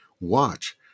watch